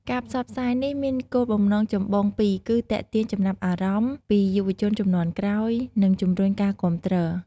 ការផ្សព្វផ្សាយនេះមានគោលបំណងចម្បងពីរគឺ ទាក់ទាញចំណាប់អារម្មណ៍ពីយុវជនជំនាន់ក្រោយ និងជំរុញការគាំទ្រ។